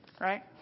Right